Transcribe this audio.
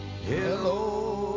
Hello